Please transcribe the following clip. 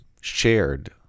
shared